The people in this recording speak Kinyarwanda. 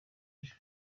ijwi